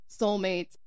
soulmates